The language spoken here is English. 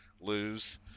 lose